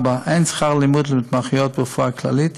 4. אין שכר לימוד להתמחויות ברפואה כללית.